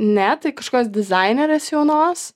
ne tai kažkas dizainerės jaunos